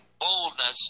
boldness